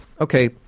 okay